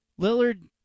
Lillard